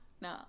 no